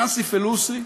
ננסי פלוסי,